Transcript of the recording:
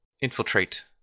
infiltrate